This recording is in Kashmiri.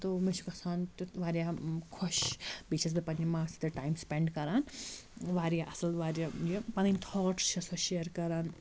تہٕ مےٚ چھُ گژھان تیُتھ واریاہ خۄش بیٚیہِ چھَس بہٕ پنٛنہِ ماجہ سۭتۍ تہِ ٹایم سپیٚنٛڈ کَران واریاہ اَصٕل واریاہ یہِ پَنٕنۍ تھاٹٕس چھِ سۄ شِیَر کَران